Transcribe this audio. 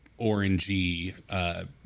orangey